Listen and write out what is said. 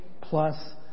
plus